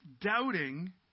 doubting